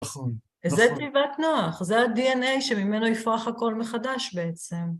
נכון, נכון. זה תיבת נוח, זה ה-DNA שממנו יפרח הכל מחדש בעצם.